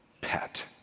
pet